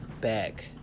back